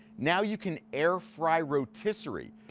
now you can air fry rotisserie.